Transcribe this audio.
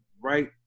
right